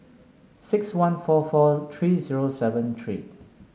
six one four four three zero seven three